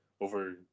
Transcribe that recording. over